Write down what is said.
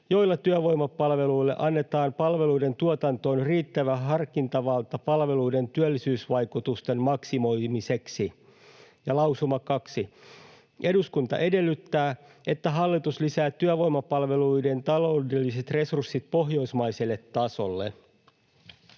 joilla työvoimapalveluille annetaan palveluiden tuotantoon riittävä harkintavalta palveluiden työllisyysvaikutusten maksimoimiseksi. 2. Eduskunta edellyttää, että hallitus lisää työvoimapalveluiden taloudelliset resurssit pohjoismaiselle tasolle.”